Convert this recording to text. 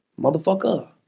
motherfucker